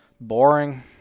Boring